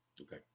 Okay